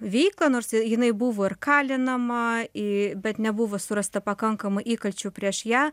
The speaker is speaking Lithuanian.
veiklą nors ji jinai buvo ir kalinama į bet nebuvo surasta pakankamai įkalčių prieš ją